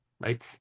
right